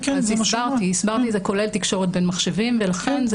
הסברתי שזה כולל תקשורת בין מחשבים ולכן זה